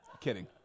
Kidding